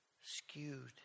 skewed